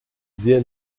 sehr